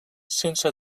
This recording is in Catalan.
sense